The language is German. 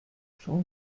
schon